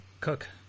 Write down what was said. Cook